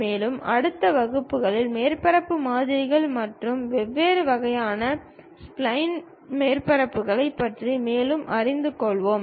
மேலும் அடுத்த வகுப்புகளில் மேற்பரப்பு மாதிரிகள் மற்றும் வெவ்வேறு வகையான ஸ்ப்லைன் மேற்பரப்புகளைப் பற்றி மேலும் அறிந்து கொள்வோம்